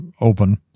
open